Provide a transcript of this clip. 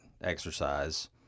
exercise